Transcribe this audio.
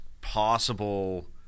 possible